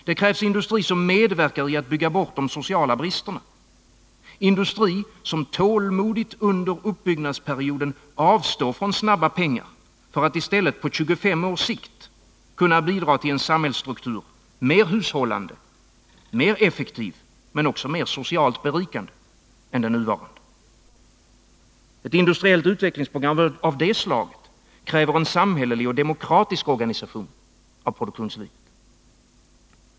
Det krävs industri som medverkar i att bygga bort de sociala bristerna, industri som tålmodigt under uppbyggnadsperioden avstår från snabba pengar för att i stället på 25 års sikt kunna bidra till en samhällsstruktur mer hushållande, mer effektiv men också mer socialt berikande än den nuvarande. i Ett industriellt utvecklingsprogram av det slaget kräver en samhällelig och demokratisk organisation av produktionslivet.